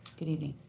good evening.